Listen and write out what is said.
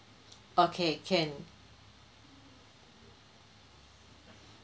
okay can